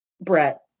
brett